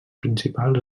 principals